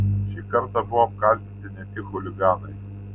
šį kartą buvo apkaltinti ne tik chuliganai